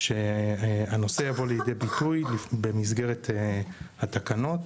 שהנושא יבוא לידי ביטוי במסגרת התקנות,